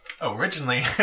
originally